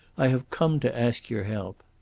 i have come to ask your help.